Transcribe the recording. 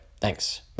Thanks